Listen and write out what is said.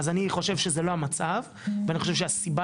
אז אני חושב שזה לא המצב ואני חושב שהסיבה